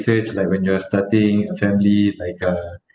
research like when you are starting a family like uh